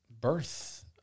Birth